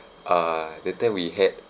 uh that time we had